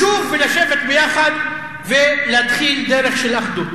לשוב לשבת יחד ולהתחיל דרך של אחדות.